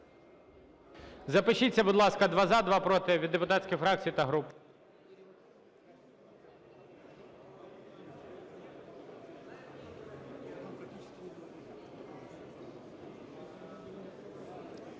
Запишіться, будь ласка, два – за, два – проти від депутатських фракцій та груп.